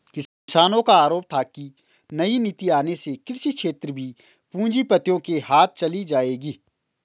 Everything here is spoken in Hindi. किसानो का आरोप था की नई नीति आने से कृषि क्षेत्र भी पूँजीपतियो के हाथ चली जाएगी